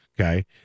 okay